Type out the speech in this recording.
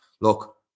look